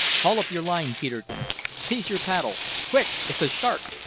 haul up your line, peterkin seize your paddle. quick it's a shark!